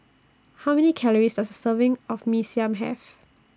How Many Calories Does A Serving of Mee Siam Have